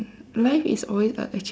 life is always a achievement